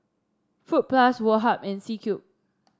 Fruit Plus Woh Hup and C Cube